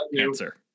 answer